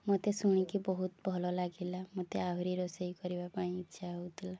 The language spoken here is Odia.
ମୋତେ ଶୁଣିକି ବହୁତ ଭଲ ଲାଗିଲା ମୋତେ ଆହୁରି ରୋଷେଇ କରିବା ପାଇଁ ଇଚ୍ଛା ହଉଥିଲା